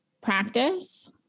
practice